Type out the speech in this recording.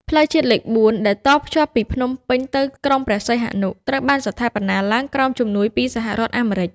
ផ្លូវជាតិលេខ ៤ ដែលតភ្ជាប់ពីភ្នំពេញទៅក្រុងព្រះសីហនុ ត្រូវបានស្ថាបនាឡើងក្រោមជំនួយពីសហរដ្ឋអាមេរិក។